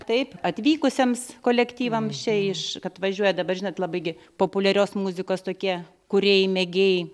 taip atvykusiems kolektyvams čia iš kad važiuoja dabar žinot labai gi populiarios muzikos tokie kūrėjai mėgėjai